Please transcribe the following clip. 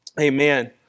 Amen